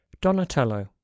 donatello